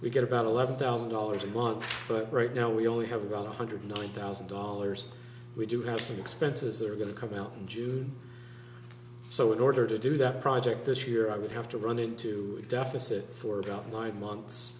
we get about eleven thousand dollars a month but right now we only have about one hundred nine thousand dollars we do have some expenses that are going to come out in june so in order to do that project this year i would have to run into a deficit for about nine months